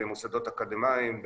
במוסדות אקדמאיים,